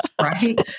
right